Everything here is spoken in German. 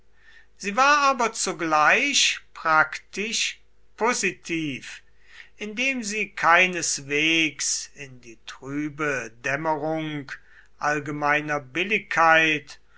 sie war aber zugleich praktisch positiv indem sie keineswegs in die trübe dämmerung allgemeiner billigkeit